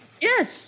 Yes